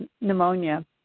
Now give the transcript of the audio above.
pneumonia